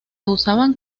usaban